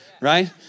right